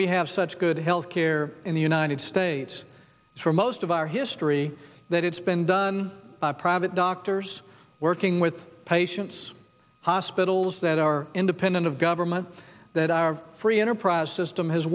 we have such good health care in the united states is for most of our history that it's been done by private doctors working with patients hospitals that are independent of government that are free enterprise system h